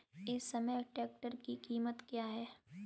इस समय ट्रैक्टर की कीमत क्या है?